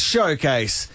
Showcase